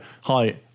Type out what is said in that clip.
hi